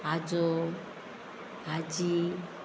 आजो आजी